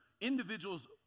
individuals